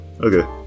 okay